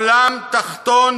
עולם תחתון",